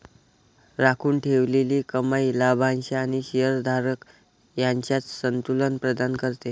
राखून ठेवलेली कमाई लाभांश आणि शेअर धारक यांच्यात संतुलन प्रदान करते